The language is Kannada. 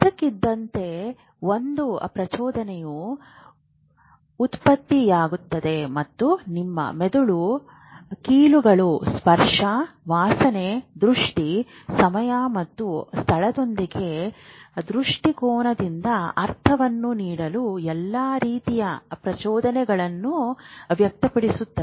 ಇದ್ದಕ್ಕಿದ್ದಂತೆ ಒಂದು ಪ್ರಚೋದನೆಯು ಉತ್ಪತ್ತಿಯಾಗುತ್ತದೆ ಮತ್ತು ನಿಮ್ಮ ಮೆದುಳು ಕೀಲುಗಳು ಸ್ಪರ್ಶ ವಾಸನೆ ದೃಷ್ಟಿ ಸಮಯ ಮತ್ತು ಸ್ಥಳದೊಂದಿಗೆ ದೃಷ್ಟಿಕೋನದಿಂದ ಅರ್ಥವನ್ನು ನೀಡಲು ಎಲ್ಲಾ ರೀತಿಯ ಪ್ರಚೋದನೆಗಳನ್ನು ವ್ಯಕ್ತಪಡಿಸುತ್ತಿದೆ